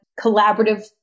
collaborative